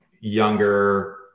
younger